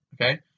okay